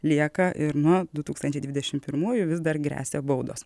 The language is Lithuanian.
lieka ir nuo du tūkstančiai dvidešim pirmųjų vis dar gresia baudos